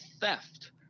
theft